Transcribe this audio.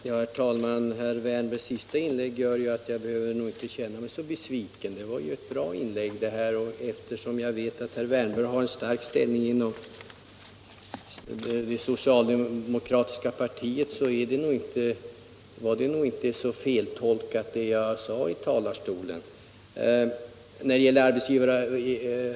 Herr talman! Efter herr Wärnbergs senaste inlägg känner jag mig inte så besviken. Det var ju ett bra inlägg. Eftersom jag vet att herr Wärnberg har en stark ställning inom det socialdemokratiska partiet uppskattar jag herr Wärnbergs inlägg, och kanske var min tolkning av utskottets skrivning inte så felaktig.